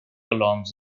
alarms